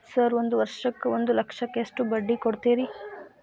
Sir ಒಂದು ವರ್ಷಕ್ಕ ಒಂದು ಲಕ್ಷಕ್ಕ ಎಷ್ಟು ಬಡ್ಡಿ ಕೊಡ್ತೇರಿ?